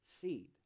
seed